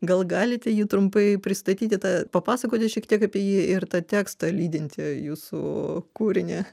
gal galite jį trumpai pristatyti tą papasakoti šiek tiek apie jį ir tą tekstą lydinti jūsų kūrinį